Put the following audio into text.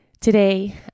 Today